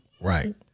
right